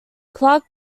clarke